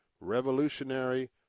revolutionary